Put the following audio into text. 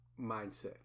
mindset